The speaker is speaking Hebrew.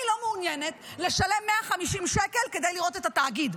אני לא מעוניינת לשלם 150 שקל כדי לראות את התאגיד,